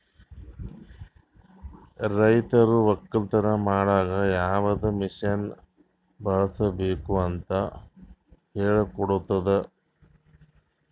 ರೈತರು ಒಕ್ಕಲತನ ಮಾಡಾಗ್ ಯವದ್ ಮಷೀನ್ ಬಳುಸ್ಬೇಕು ಅಂತ್ ಹೇಳ್ಕೊಡ್ತುದ್